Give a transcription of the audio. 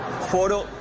foro